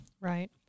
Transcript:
Right